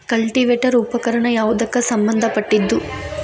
Cultivator ಉಪಕರಣ ಯಾವದಕ್ಕ ಸಂಬಂಧ ಪಟ್ಟಿದ್ದು?